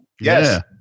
Yes